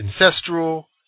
ancestral